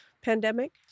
pandemic